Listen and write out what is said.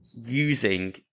using